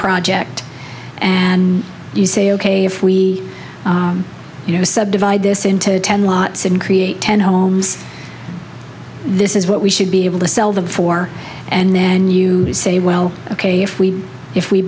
project and you say ok if we you know sub divide this into ten lots and create ten homes this is what we should be able to sell them for and then you say well ok if we if we